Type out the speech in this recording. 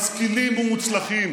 משכילים ומוצלחים,